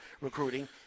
recruiting